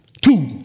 Two